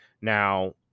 Now